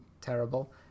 terrible